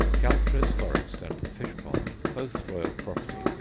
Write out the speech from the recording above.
galtres forest and the fish pond, both royal property,